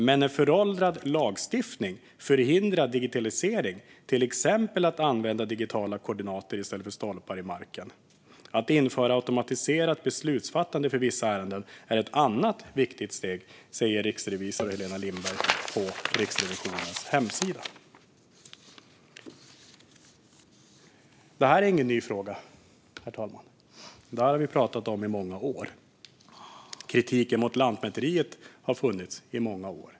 "Men en föråldrad lagstiftning förhindrar digitalisering, till exempel att använda digitala koordinater i stället för stolpar i marken. Att införa automatiserat beslutsfattande för vissa ärenden är ett annat viktigt steg", säger riksrevisor Helena Lindberg på Riksrevisionens hemsida. Det här är ingen ny fråga, herr talman. Det här har vi pratat om i många år. Kritiken mot Lantmäteriet har funnits i många år.